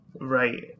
Right